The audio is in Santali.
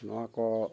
ᱱᱚᱣᱟ ᱠᱚ